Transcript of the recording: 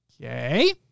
Okay